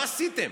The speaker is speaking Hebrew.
מה עשיתם?